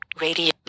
Radio